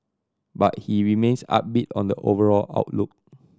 but he remains upbeat on the overall outlook